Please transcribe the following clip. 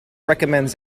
recommends